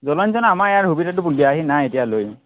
জলসিঞ্চনৰ আমাৰ ইয়াত সুবিধাটো দিয়াহি নাই এতিয়ালৈ